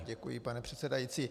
Děkuji, pane předsedající.